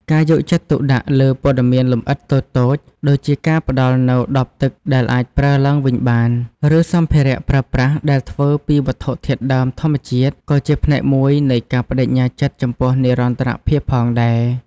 ការយកចិត្តទុកដាក់លើព័ត៌មានលម្អិតតូចៗ ដូចជាការផ្តល់នូវដបទឹកដែលអាចប្រើឡើងវិញបាន ឬសម្ភារៈប្រើប្រាស់ដែលធ្វើពីវត្ថុធាតុដើមធម្មជាតិ ក៏ជាផ្នែកមួយនៃការប្តេជ្ញាចិត្តចំពោះនិរន្តរភាពផងដែរ។